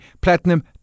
Platinum